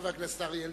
חבר הכנסת אריה אלדד.